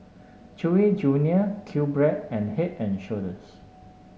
Chewy Junior QBread and Head And Shoulders